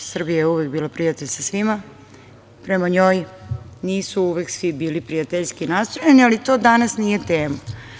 Srbija je uvek bila prijatelj sa svima, prema njoj nisu uvek svi bili prijateljski nastrojeni, ali to danas nije tema.